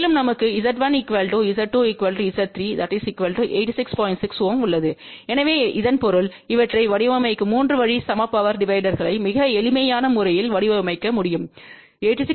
6 Ω உள்ளதுஎனவே இதன் பொருள் இவற்றை வடிவமைக்கும் 3 வழி சம பவர் டிவைடர்னை மிக எளிமையான முறையில் வடிவமைக்க முடியும் 86